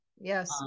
Yes